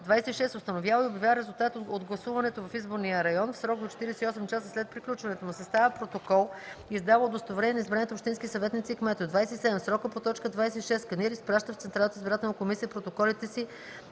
26. установява и обявява резултатите от гласуването в изборния район в срок до 48 часа след приключването му, съставя протокол и издава удостоверения на избраните общински съветници и кметове; 27. в срока по т. 26 сканира и изпраща в Централната избирателна комисия протоколите си